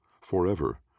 forever